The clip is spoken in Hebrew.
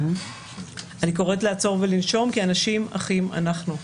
אני קוראת לעצור ולנשום, כי אנשים אחים אנחנו.